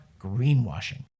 greenwashing